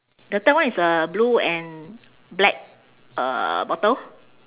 the third one is a blue and black uh bottle